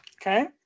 Okay